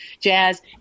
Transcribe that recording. jazz